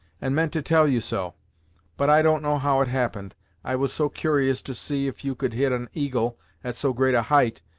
and meant to tell you so but, i don't know how it happened i was so curious to see if you could hit an eagle at so great a height,